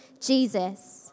Jesus